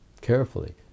carefully